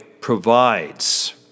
provides